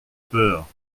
peur